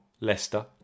Leicester